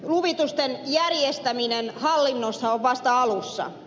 luvitusten järjestäminen hallinnossa on vasta alussa